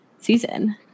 season